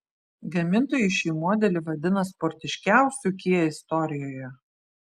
gamintojai šį modelį vadina sportiškiausiu kia istorijoje